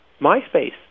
MySpace